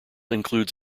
includes